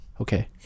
Okay